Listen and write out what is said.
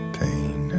pain